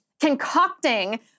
concocting